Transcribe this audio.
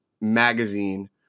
magazine